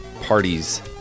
parties